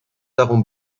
darum